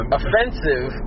offensive